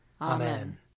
Amen